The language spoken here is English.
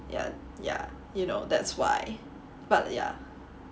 ya ya you know that's why but ya